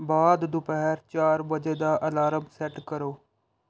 ਬਾਅਦ ਦੁਪਹਿਰ ਚਾਰ ਵਜੇ ਦਾ ਅਲਾਰਮ ਸੈੱਟ ਕਰੋ